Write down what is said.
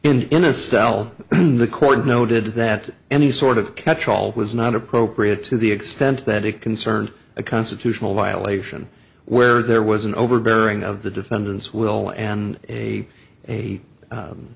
home in a style the court noted that any sort of catchall was not appropriate to the extent that it concerns a constitutional violation where there was an overbearing of the defendants will and a a